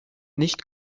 nicht